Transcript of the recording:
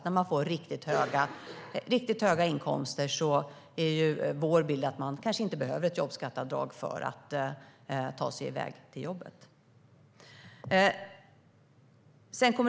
När det blir fråga om riktigt höga inkomster är vår bild att man kanske inte behöver ett jobbskatteavdrag för att ta sig iväg till jobbet.